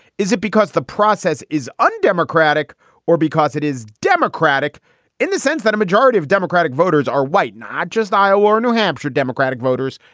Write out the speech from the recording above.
is it because the process is undemocratic or because it is democratic in the sense that a majority of democratic voters are white, not just iowa or new hampshire democratic voters,